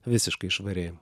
visiškai švariai